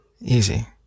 Easy